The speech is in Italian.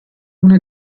una